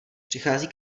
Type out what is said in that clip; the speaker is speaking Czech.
přichází